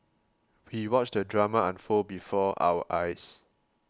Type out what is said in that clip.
we watched the drama unfold before our eyes